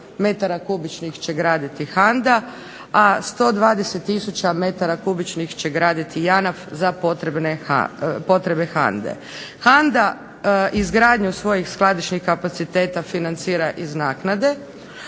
metara kubičnih će graditi HANDA, a 120 metara kubičnih će graditi JANAF za potrebe HANDE. HANDA za izgradnju svojih skladišnih kapacitete financira iz naknade,